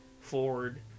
forward